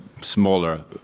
smaller